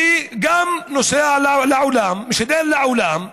וגם נוסעת לעולם, ומשדרת לעולם שקרים,